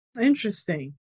Interesting